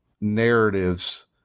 narratives